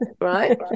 Right